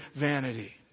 vanity